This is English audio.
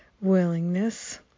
willingness